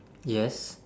yes